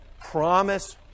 promise